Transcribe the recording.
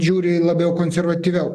žiūri labiau konservatyviau